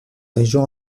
région